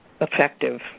effective